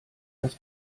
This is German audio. das